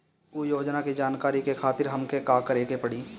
उ योजना के जानकारी के खातिर हमके का करे के पड़ी?